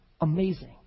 amazing